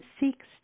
seeks